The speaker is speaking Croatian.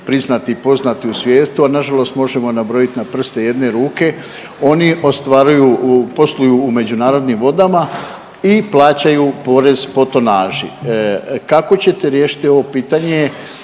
priznati i poznati u svijetu, a nažalost možemo nabrojit na prste jedne ruke, oni ostvaruju u, posluju u međunarodnim vodama i plaćaju porez po tonaži, kako ćete riješiti ovo pitanje